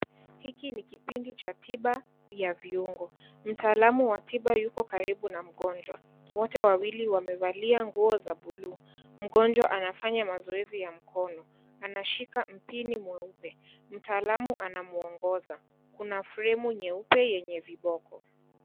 Hiki ni kipinda cha tiba ya viungo. Mtaalamu wa tiba yuko karibu na mgonjwa. Wote wawili wamevalia nguo za bluu . Mgonjwa anafanya mazoezi ya mkono, anashika mpini mweupe. Mtaalamu anamuongza. Kuna frame nyeupe yenye viboko.